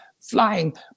flying